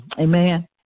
Amen